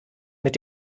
mit